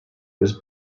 was